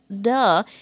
Duh